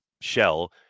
shell